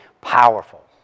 powerful